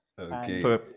Okay